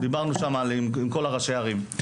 דיברנו שם עם כל ראשי הערים.